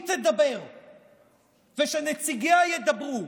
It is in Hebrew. היא תדבר ונציגיה ידברו